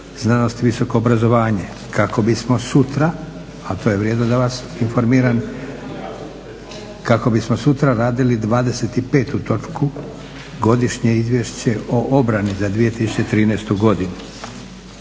znanost, visoko obrazovanje kako bismo sutra, a to je vrijedilo da vas informiram, kako bismo sutra radili 25. točku Godišnje izvješće o obrani za 2013. godinu.